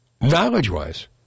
knowledge-wise